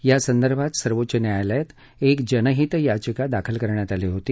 यासंदर्भात सर्वोच्च न्यायालयात एक जनहीतयाचिका दाखल करण्यात आली होती